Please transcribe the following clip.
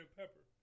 pepper